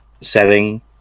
setting